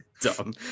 dumb